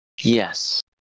Yes